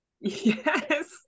Yes